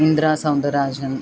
Indrasoundarajan